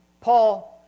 Paul